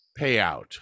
payout